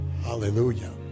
hallelujah